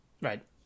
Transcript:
Right